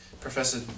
Professor